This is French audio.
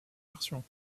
versions